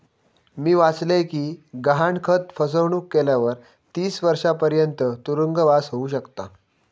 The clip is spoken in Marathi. मी वाचलय कि गहाणखत फसवणुक केल्यावर तीस वर्षांपर्यंत तुरुंगवास होउ शकता